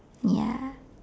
ya